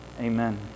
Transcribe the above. Amen